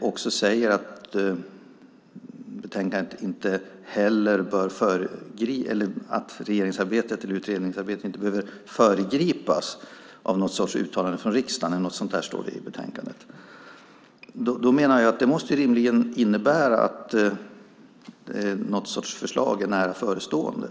också säger att utredningsarbetet inte bör föregripas av någon sorts uttalande från riksdagen menar jag att det rimligen måste innebära att något slags förslag är nära förestående.